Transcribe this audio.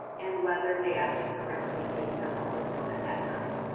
and whether they acted correctly based on what was known at that time.